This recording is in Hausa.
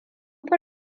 fi